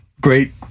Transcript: Great